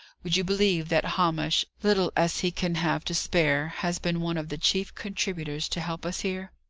would you believe that hamish, little as he can have to spare, has been one of the chief contributors to help us here?